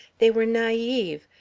they were naive,